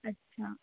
अच्छा